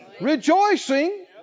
Rejoicing